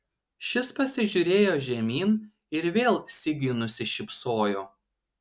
šis pasižiūrėjo žemyn ir vėl sigiui nusišypsojo